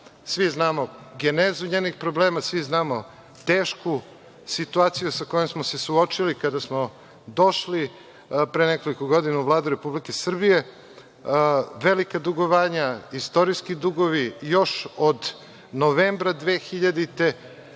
svi znamo genezu njenih problema, svi znamo tešku situaciju sa kojom smo se suočili kada smo došli pre nekoliko godina u Vladu Republike Srbije, velika dugovanja, istorijski dugovi, još od novembra 2000.